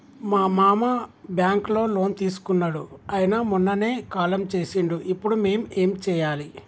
మా మామ బ్యాంక్ లో లోన్ తీసుకున్నడు అయిన మొన్ననే కాలం చేసిండు ఇప్పుడు మేం ఏం చేయాలి?